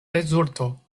rezulto